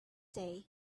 day